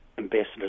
ambassador